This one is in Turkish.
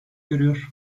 görüyor